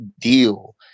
deal